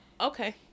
okay